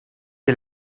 ihr